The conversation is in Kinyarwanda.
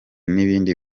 n’ibindi